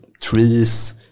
trees